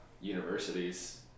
universities